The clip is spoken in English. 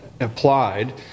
applied